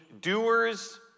doers